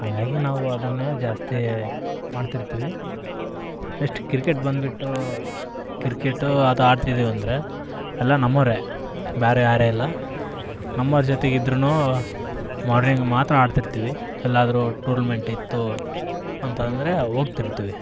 ಹಾಗಾಗಿ ನಾವು ಅದನ್ನೆ ಜಾಸ್ತಿ ಮಾಡ್ತಿರ್ತೀವಿ ನೆಸ್ಟ್ ಕ್ರಿಕೆಟ್ ಬಂದುಬಿಟ್ಟು ಕ್ರಿಕೇಟು ಅದು ಆಡ್ತಿದಿವಿ ಅಂದರೆ ಎಲ್ಲ ನಮ್ಮವರೇ ಬೇರೆ ಯಾರೂ ಇಲ್ಲ ನಮ್ಮೋರು ಜೊತಿಗೆ ಇದ್ರೂ ಮಾರ್ನಿಂಗ್ ಮಾತ್ರ ಆಡ್ತಿರ್ತೀವಿ ಎಲ್ಲಾದರೂ ಟೂರ್ನ್ಮೆಂಟ್ ಇತ್ತು ಅಂತ ಅಂದರೆ ಹೋಗ್ತಿರ್ತಿವಿ